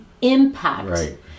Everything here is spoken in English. impact